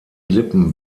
lippen